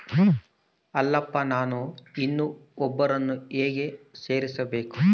ಅಲ್ಲಪ್ಪ ನಾನು ಇನ್ನೂ ಒಬ್ಬರನ್ನ ಹೇಗೆ ಸೇರಿಸಬೇಕು?